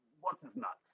what's-his-nuts